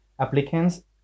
applicants